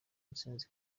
ntsinzi